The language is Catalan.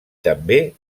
també